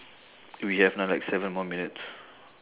we have another like seven more minutes